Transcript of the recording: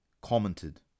commented